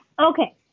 Okay